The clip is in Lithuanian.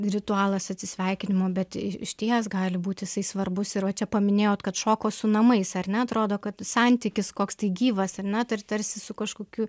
ritualas atsisveikinimo bet išties gali būt jisai svarbus ir va čia paminėjot kad šoko su namais ar ne atrodo kad santykis koks tai gyvas ar net tar tarsi su kažkokiu